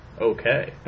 okay